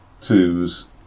twos